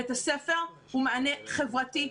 בית הספר הוא מענה חברתי,